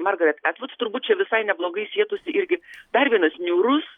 margaret etvud turbūt čia visai neblogai sietųsi irgi dar vienas niūrus